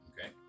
Okay